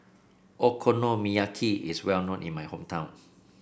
okonomiyaki is well known in my hometown